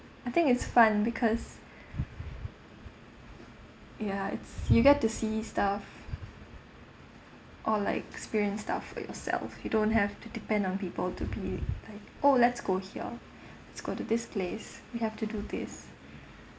I think it's fun because ya it's you get to see stuff or like experience stuff for yourself you don't have to depend on people to be like oh let's go here let's go to this place you have to do this